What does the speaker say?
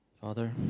Father